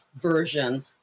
version